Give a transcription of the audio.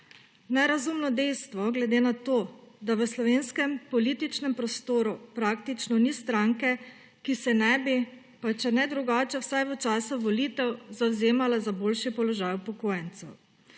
Nerazumno dejstvo, glede na to, da v slovenskem političnem prostoru praktično ni stranke, ki se ne bi, če ne drugače vsaj v času volitev, zavzemala za boljši položaj upokojencev.